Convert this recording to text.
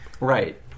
Right